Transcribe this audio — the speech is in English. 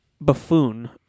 buffoon